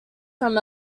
from